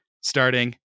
Starting